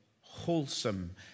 wholesome